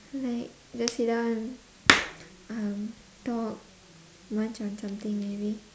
like just sit down and um talk munch on something maybe